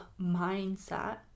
mindset